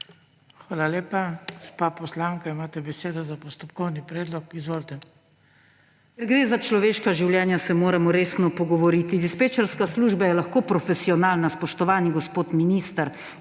Hvala lepa. Gospa poslanka, imate besedo za postopkovni predlog, izvolite. VIOLETA TOMIĆ (PS Levica): Ko gre za človeška življenja, se moramo resno pogovoriti. Dispečerska služba je lahko profesionalna, spoštovani gospod minister,